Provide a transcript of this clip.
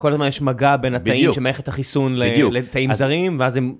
כל הזמן יש מגע בין התאים של מערכת החיסון - בדיוק - לתאים זרים, ואז הם